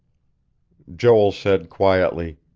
joel said quietly